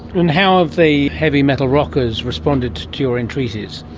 and how have the heavy metal rockers responded to to your entreaties?